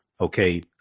Okay